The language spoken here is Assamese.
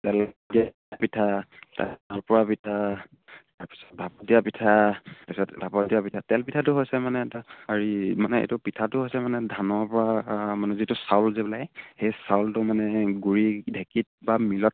তেল দিয়া পিঠা নলপৰা পিঠা তাৰপিছত ভাপত দিয়া পিঠা তাৰপিছত ভাপত দিয়া পিঠা তেল পিঠাটো হৈছে মানে এটা হৰি মানে এইটো পিঠাটো হৈছে মানে ধানৰ পৰা মানে যিটো চাউল যে ওলাই সেই চাউলটো মানে গুড়ি ঢেঁকীত বা মিলত